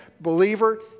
believer